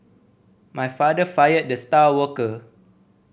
my father fired the star worker